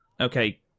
Okay